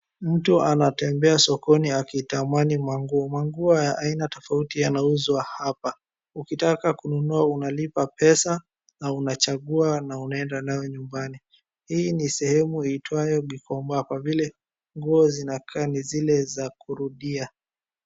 Mtu anatembea sokoni akiitamani manguo. Manguo ya aina tofauti yanauzwa hapa. Ukitaka kununua unalipa pesa na unachagua na unaenda nayo nyumbani. Hii ni sehemu iitwayo gikomba kwa vile nguo zinakaa ni zile za kurudia.